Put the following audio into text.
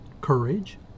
Courage